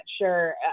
sure